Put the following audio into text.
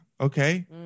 okay